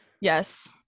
yes